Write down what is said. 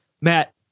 Matt